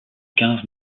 quinze